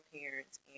parents